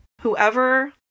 whoever